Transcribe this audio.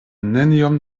neniom